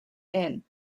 inn